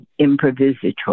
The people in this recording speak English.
improvisatory